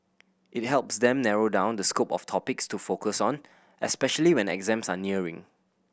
it helps them narrow down the scope of topics to focus on especially when exams are nearing